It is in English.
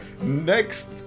next